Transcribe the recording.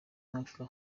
mwaka